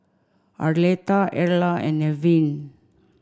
Arletta Erla and Nevin